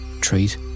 treat